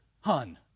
Hun